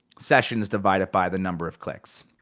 sessions divided by the number of clicks.